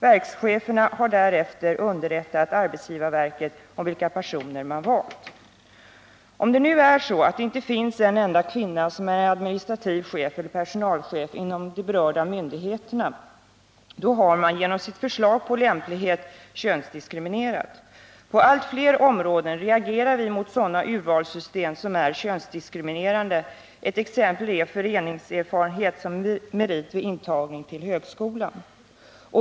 Verkscheferna har därefter underrättat arbetsgivarverket om vilka personer man valt. Om det nu är så att det inte finns en enda kvinna som är administrativ chef eller personalchef inom de berörda myndigheterna har man genom sitt förslag på lämpliga personer könsdiskriminerat. På allt fler områden reagerar vi mot urvalssystem som är könsdiskriminerande. Ett exempel är föreningserfarenhet som merit vid intagning till högskolan.